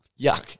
Yuck